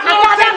אתם מטורפים.